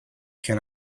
can